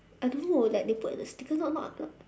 I don't know like they put at the sticker not not not